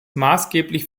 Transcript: maßgeblich